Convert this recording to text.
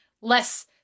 less